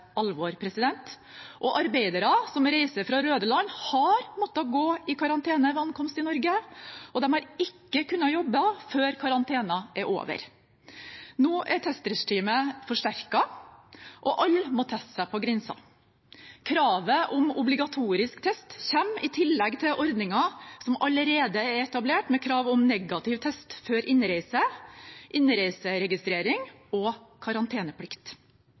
Arbeidere som reiser fra røde land, har måttet gå i karantene når de kom til Norge, og de har ikke kunnet jobbe før karantenen er over. Nå er testregimet forsterket, og alle må teste seg på grensen. Kravet om obligatorisk test kommer i tillegg til ordninger som allerede er etablert, med krav om negativ test før innreise, innreiseregistrering og karanteneplikt.